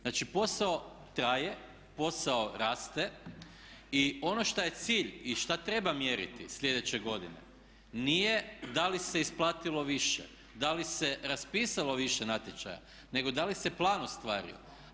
Znači posao traje, posao raste i ono što je cilj i što treba mjeriti sljedeće godine nije da li se isplatilo više, da li se raspisalo više natječaja nego da li se plan ostvario?